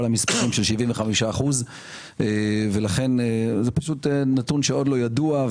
הנספחים של 75%. לכן זה נתון שעוד לא ידוע.